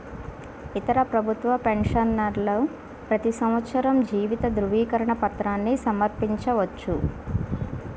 ఇతర ప్రభుత్వ పెన్షనర్లు ప్రతి సంవత్సరం జీవిత ధృవీకరణ పత్రాన్ని సమర్పించవచ్చు